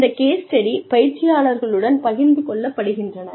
இந்த case study பயிற்சியாளர்களுடன் பகிர்ந்து கொள்ளப்படுகின்றன